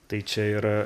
tai čia yra